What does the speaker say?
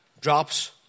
drops